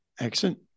excellent